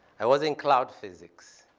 i was in cloud physics,